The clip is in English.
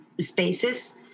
spaces